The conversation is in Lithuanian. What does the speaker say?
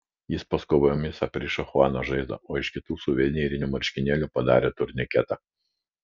jis paskubomis aprišo chuano žaizdą o iš kitų suvenyrinių marškinėlių padarė turniketą